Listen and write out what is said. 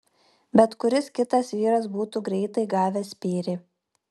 bet kuris kitas vyras būtų greitai gavęs spyrį